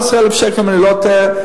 11,000 שקל, אם אני לא טועה.